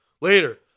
later